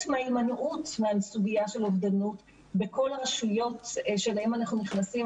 מההימנעות מהסוגיה של אובדנות בכל הרשויות שאליהם אנחנו נכנסים.